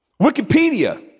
Wikipedia